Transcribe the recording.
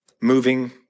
moving